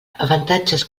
avantatges